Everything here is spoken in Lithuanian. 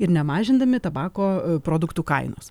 ir nemažindami tabako produktų kainos